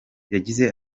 yagize